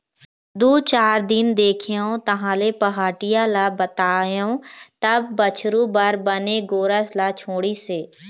दू चार दिन देखेंव तहाँले पहाटिया ल बताएंव तब बछरू बर बने गोरस ल छोड़िस हे